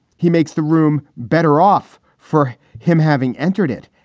he makes the room better off for him having entered it.